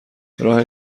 راه